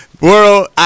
World